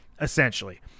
essentially